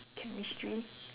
chemistry